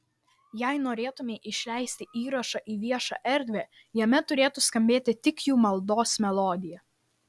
jei norėtumei išleisti įrašą į viešą erdvę jame turėtų skambėti tik jų maldos melodija